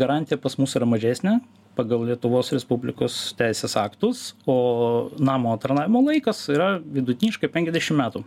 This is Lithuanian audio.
garantija pas mus yra mažesnė pagal lietuvos respublikos teisės aktus o namo tarnavimo laikas yra vidutiniškai penkiadešim metų